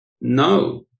No